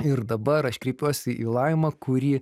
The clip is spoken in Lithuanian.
ir dabar aš kreipiuosi į laimą kuri